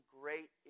Great